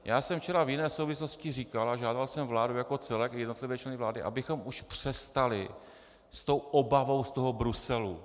Já jsem včera v jiné souvislosti říkal a žádal jsem vládu jako celek i jednotlivé členy vlády, abychom už přestali s tou obavou z Bruselu.